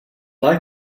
like